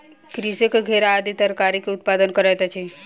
कृषक घेरा आदि तरकारीक उत्पादन करैत अछि